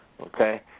Okay